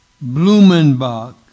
Blumenbach